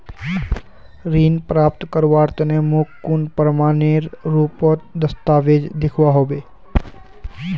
ऋण प्राप्त करवार तने मोक कुन प्रमाणएर रुपोत दस्तावेज दिखवा होबे?